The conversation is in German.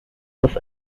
das